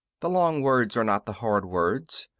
the long words are not the hard words,